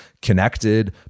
connected